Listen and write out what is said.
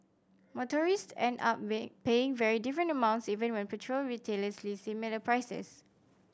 motorist end up paying very different amounts even when petrol retailers list similar prices